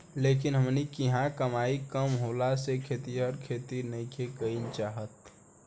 लेकिन हमनी किहाँ कमाई कम होखला से खेतिहर खेती नइखे कईल चाहत